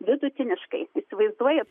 vidutiniškai jūs įsivaizduojat